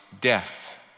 death